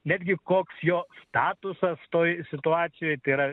netgi koks jo statusas toje situacijoj